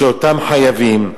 של אותם חייבים.